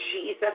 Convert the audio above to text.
Jesus